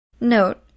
Note